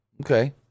okay